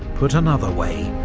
put another way,